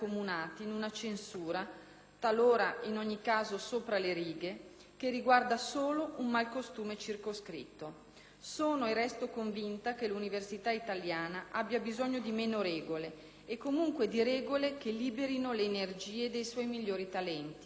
talora in ogni caso sopra le righe, che riguarda solo un malcostume circoscritto. Sono e resto convinta che l'università italiana abbia bisogno di meno regole e comunque di regole che liberino le energie dei suoi migliori talenti, in primo luogo dei giovani.